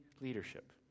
leadership